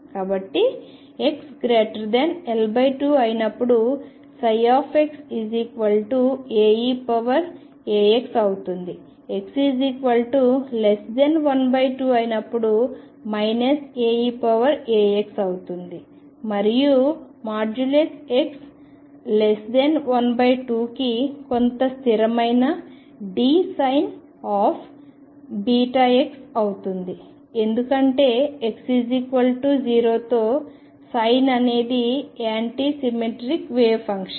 కాబట్టి xL2 అయినప్పుడు ψ Ae αx అవుతుంది xL2 అయినప్పుడు Aeαx అవుతుంది మరియు xL2కి కొంత స్థిరమైన Dβx అవుతుంది ఎందుకంటే x0 తో సైన్ అనేది యాంటీ సిమెట్రిక్ వేవ్ ఫంక్షన్